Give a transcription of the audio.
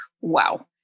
Wow